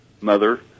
mother